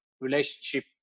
relationship